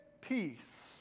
peace